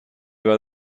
بعد